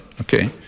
Okay